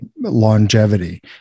longevity